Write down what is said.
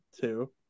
two